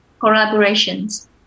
collaborations